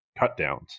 cutdowns